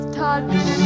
touch